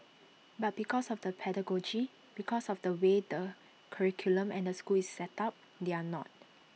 but because of the pedagogy because of the way the curriculum and the school is set up they are not